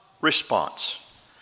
response